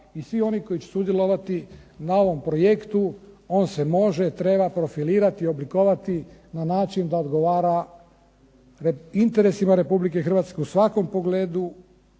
i svih onih koji će sudjelovati na ovom projektu on se može, treba profilirati i oblikovati na način da odgovara interesima RH u svakom pogledu